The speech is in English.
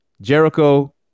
Jericho